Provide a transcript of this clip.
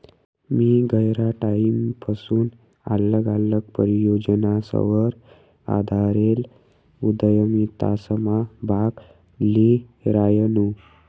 मी गयरा टाईमपसून आल्लग आल्लग परियोजनासवर आधारेल उदयमितासमा भाग ल्ही रायनू